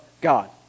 God